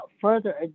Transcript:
further